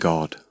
God